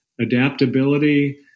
adaptability